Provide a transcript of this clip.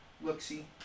look-see